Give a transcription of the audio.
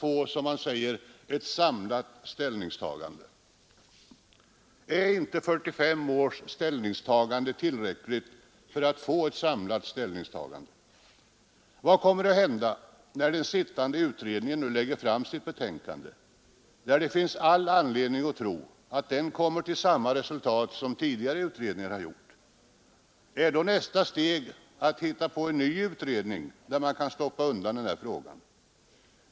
Är inte 45 års överväganden tillräckligt för att få ett samlat ställningstagande? Vad kommer att hända när den nu sittande utredningen lägger fram sitt betänkande? Det finns all anledning att tro att denna utredning kommer till samma resultat som tidigare utredningar har gjort. Är då nästa steg att hitta på en ny utredning där man kan stoppa undan den här frågan?